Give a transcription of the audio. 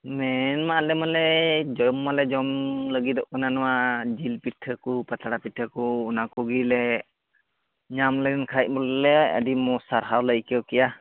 ᱢᱮᱱ ᱢᱟ ᱟᱞᱮᱢᱟᱞᱮ ᱡᱚᱢ ᱢᱟᱞᱮ ᱡᱚᱢ ᱞᱟᱹᱜᱤᱫᱚᱜ ᱠᱟᱱᱟ ᱱᱚᱣᱟ ᱡᱤᱞ ᱯᱤᱴᱷᱟᱹᱠᱚ ᱯᱟᱛᱲᱟ ᱯᱤᱴᱷᱟᱹᱠᱚ ᱚᱱᱟ ᱠᱚᱜᱮᱞᱮ ᱧᱟᱢᱞᱮᱱ ᱠᱷᱟᱱ ᱵᱚᱞᱮ ᱟᱹᱰᱤ ᱢᱚᱡᱽ ᱥᱟᱨᱦᱟᱣᱞᱮ ᱟᱹᱭᱠᱟᱹᱣ ᱠᱮᱭᱟ